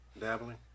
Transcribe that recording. dabbling